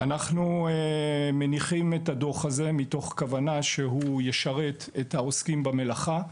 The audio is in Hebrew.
אנחנו מניחים את הדוח הזה מתוך כוונה שהוא ישרת את העוסקים במלאכה,